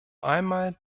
einmal